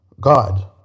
God